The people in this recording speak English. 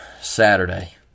Saturday